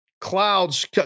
clouds